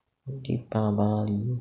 deepavali